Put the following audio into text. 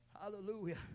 Hallelujah